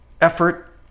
effort